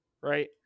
Right